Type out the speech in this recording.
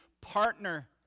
partner